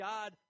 God